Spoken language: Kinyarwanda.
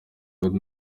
god